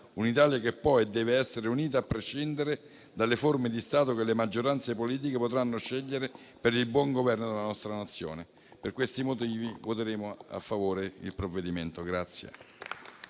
un'Italia che poi deve essere unita a prescindere dalle forme di Stato che le maggioranze politiche potranno scegliere per il buon Governo della nostra Nazione. Per questi motivi voteremo a favore del provvedimento.